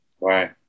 Right